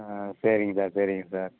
ஆ சரிங்க சார் சரிங்க சார்